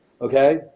Okay